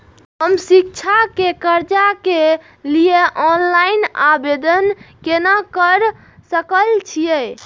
हम शिक्षा के कर्जा के लिय ऑनलाइन आवेदन केना कर सकल छियै?